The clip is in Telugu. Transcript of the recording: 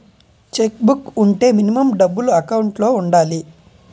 చెక్ బుక్ వుంటే మినిమం డబ్బులు ఎకౌంట్ లో ఉండాలి?